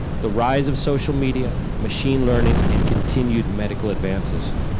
the rise of social media, machine learning, and continued medical advances.